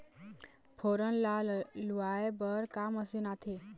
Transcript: फोरन ला लुआय बर का मशीन आथे?